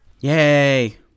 Yay